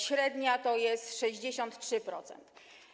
Średnia to 63%.